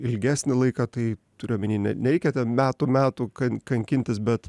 ilgesnį laiką tai turiu omeny ne nereikia metų metų kan kankintis bet